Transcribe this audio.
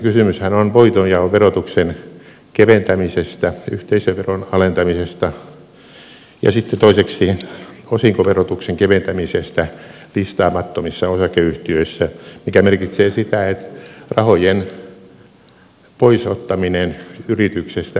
kysymyshän on voitonjaon verotuksen keventämisestä yhteisöveron alentamisesta ja sitten toiseksi osinkoverotuksen keventämisestä listaamattomissa osakeyhtiöissä mikä merkitsee sitä että rahojen pois ottaminen yrityksestä helpottuu osinkojen jakamisena